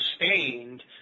sustained